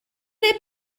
neu